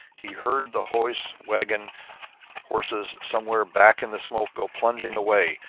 he heard the hose-wagon horses somewhere back in the smoke go plunging away,